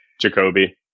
Jacoby